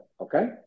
okay